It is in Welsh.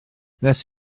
nes